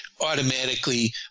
automatically